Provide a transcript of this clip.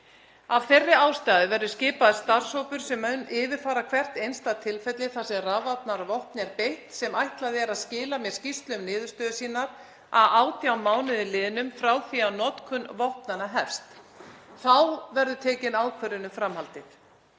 Af þeirri ástæðu verður skipaður starfshópur sem mun yfirfara hvert einstakt tilfelli þar sem rafvarnarvopni er beitt og er honum ætlað að skila mér skýrslu um niðurstöður sínar að 18 mánuðum liðnum frá því að notkun vopnanna hefst. Þá verður tekin ákvörðun um framhaldið.